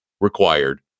required